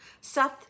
Seth